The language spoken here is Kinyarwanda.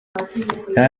nta